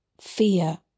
fear